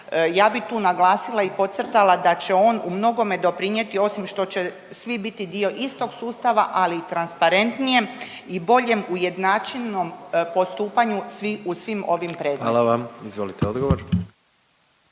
ja bi tu naglasila i podcrtala da će on u mnogome doprinijeti osim što će svi biti dio istog sustava, ali i transparentnijem i boljem ujednačenom postupanju u svim ovim predmetima. **Jandroković, Gordan